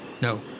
No